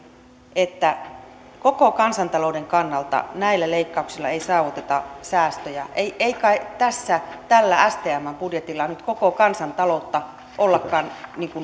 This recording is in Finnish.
että koko kansantalouden kannalta näillä leikkauksilla ei saavuteta säästöjä ei ei kai tässä tällä stmn budjetilla nyt koko kansantaloutta ollakaan